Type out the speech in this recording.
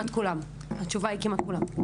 התשובה היא כמעט כולן.